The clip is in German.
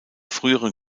früheren